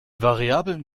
variablen